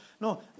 no